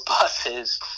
buses